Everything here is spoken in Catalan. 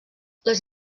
les